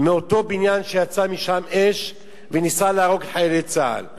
אותו בניין שיצאה משם אש וניסתה להרוג את חיילי צה"ל,